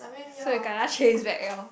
so we kena chased back lor